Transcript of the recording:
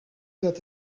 that